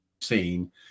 seen